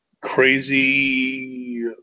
Crazy